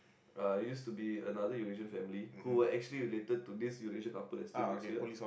I used to be another Eurasian family who actually related to this Eurasian couple that still live here